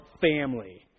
family